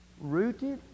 Rooted